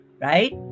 Right